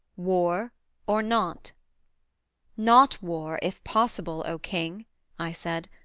war or not not war, if possible, o king i said,